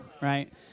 Right